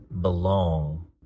belong